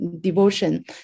devotion